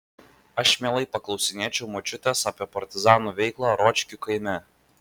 aš mielai paklausinėčiau močiutės apie partizanų veiklą ročkių kaime